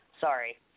Sorry